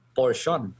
portion